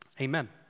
Amen